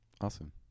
awesome